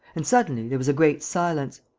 and suddenly there was a great silence.